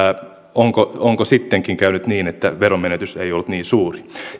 onko sittenkin käynyt niin että veronmenetys ei ollut niin suuri